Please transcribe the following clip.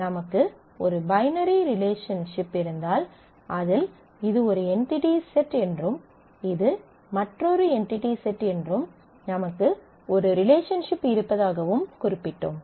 நமக்கு ஒரு binary relationship இருந்தால் அதில் இது ஒரு என்டிடி செட் என்றும் இது மற்றொரு என்டிடி செட் என்றும் நமக்கு ஒரு ரிலேஷன்ஷிப் இருப்பதாகவும் குறிப்பிட்டோம்